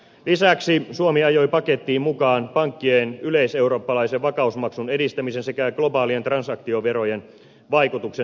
lisäksi suomi ajoi pakettiin mukaan pankkien yleiseurooppalaisen vakausmaksun edistämisen sekä globaalien transaktioverojen vaikutuksen selvittämisen